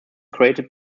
created